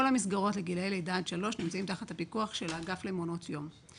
כל המסגרות לגיל לידה עד שלוש נמצאות חת הפיקוח של האגף למעונות יום.